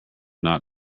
not